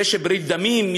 יש ברית דמים,